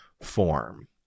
form